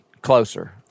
closer